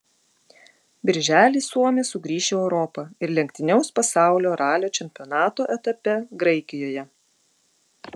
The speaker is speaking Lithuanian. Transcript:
birželį suomis sugrįš į europą ir lenktyniaus pasaulio ralio čempionato etape graikijoje